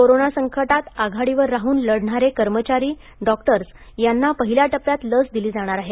corona संकटात आघाडीवर राहून लढणारे कर्मचारी डॉक्टर्स यांना पहिल्या टप्प्यात लस दिली जाणार आहे